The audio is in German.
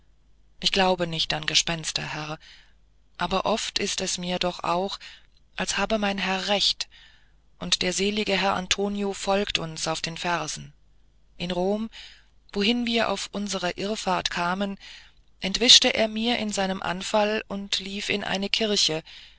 ich glaube nicht an gespenster herr aber oft ist es mir doch auch als habe mein herr recht und der selige herr antonio folge uns auf den fersen in rom wohin wir auf unserer irrfahrt kamen entwischte er mir in seinem anfall und lief in eine kirche